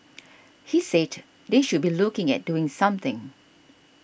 he said they should be looking at doing something